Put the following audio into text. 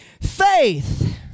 Faith